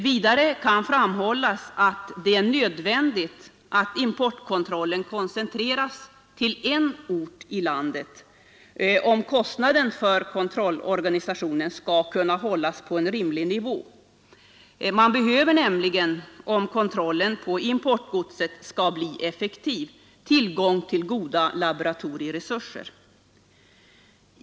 Vidare kan framhållas att det är nödvändigt att importkontrollen koncentreras till en ort i landet, om kostnaden för kontrollorganisationen skall kunna hållas på en rimlig nivå. Man behöver nämligen, om kontrollen av importgodset skall bli effektiv, tillgång till goda laboratorieresurser.